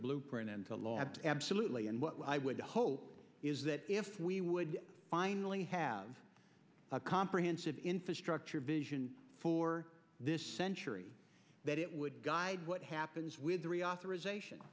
blueprint and the law absolutely and what i would hope is that if we would finally have a comprehensive infrastructure vision for this century that it would guide what happens with the reauthorization